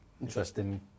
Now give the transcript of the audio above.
Interesting